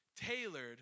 tailored